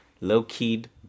low-keyed